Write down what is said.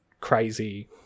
crazy